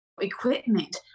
equipment